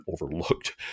overlooked